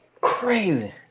crazy